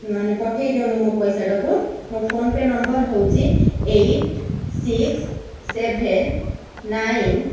ମାନେ ପଠେଇ ଦିଅନ୍ତୁ ମୋ ପଇସାଟାକୁ ମୋ ଫୋନ୍ପେ' ନମ୍ବର ହେଉଛି ଏଇଟ୍ ସିକ୍ସ୍ ସେଭେନ୍ ନାଇନ୍